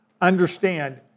understand